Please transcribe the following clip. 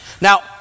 Now